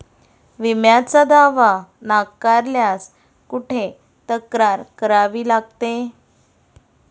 विम्याचा दावा नाकारल्यास कुठे तक्रार करावी लागते?